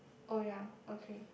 oh ya okay